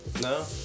No